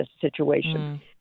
situation